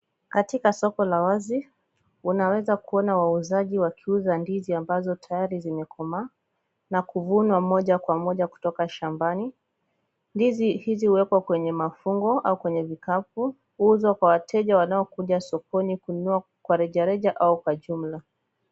Katika soko la wazi, unaweza kuona wauzaji wakiuza ndizi ambazo tayari zimekomaa na kuvunwa moja kwa moja kutoka shambani. Ndizi hizi huwekwa kwenye mafungo au kwenye vikapu huuzwa kwa wateja wanaokuja sokoni kununua rejareja au kwa jumla.